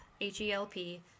H-E-L-P